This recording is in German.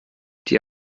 die